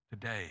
today